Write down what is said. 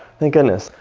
thank goodness.